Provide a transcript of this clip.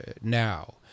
now